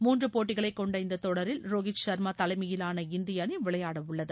மூன்று போட்டிகளைக் கொண்ட இந்த தொடரில் ரோஹித் சர்மா தலைமையிலான இந்திய அணி விளையாட உள்ளது